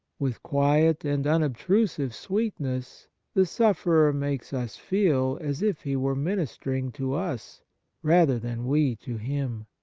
with quiet and unobtrusive sweetness the sufferer makes us feel as if he were ministering to us rather than we to him.